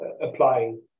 applying